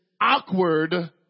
awkward